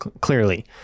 Clearly